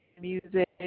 music